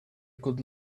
could